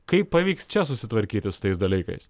kaip pavyks čia susitvarkyti su tais dalykais